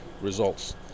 results